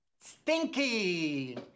Stinky